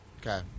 Okay